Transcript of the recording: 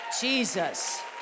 Jesus